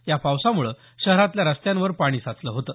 या पावसामुळं शहरातल्या रस्त्यांवर पाणी साचल होतं